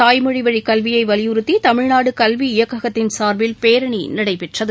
தாய்மொழிவழிக் கல்வியை வலியுறுத்தி தமிழ்நாடு கல்வி இயக்ககத்தின் சார்பில் பேரணி நடைபெற்றது